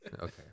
Okay